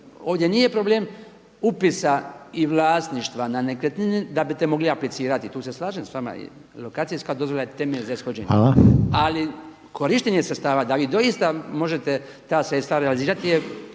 ovdje nije problem upisa i vlasništva na nekretnini da biste mogli aplicirati. Tu se slažem s vama, lokacijska dozvola je temelj za ishođenje. …/Upadica Reiner: Hvala. ali korištenje sredstava da vi doista možete ta sredstva realizirati je